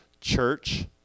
church